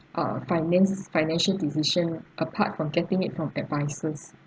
uh finance financial decision apart from getting it from advisors